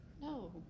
No